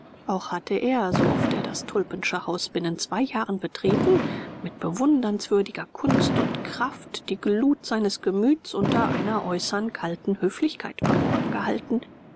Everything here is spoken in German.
auch hatte er so oft er das tulpensche haus binnen zwei jahren betreten mit bewundernswürdiger kunst und kraft die glut seines gemüts unter einer äußern kalten höflichkeit verborgen gehalten